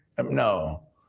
No